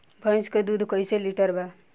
भैंस के दूध कईसे लीटर बा?